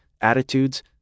attitudes